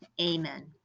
Amen